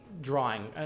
drawing